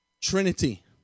Trinity